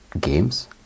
games